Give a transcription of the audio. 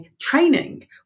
training